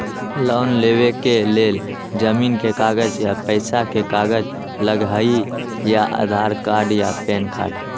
Loan लेवेके लेल जमीन के कागज या पेशा के कागज लगहई या आधार कार्ड या पेन कार्ड?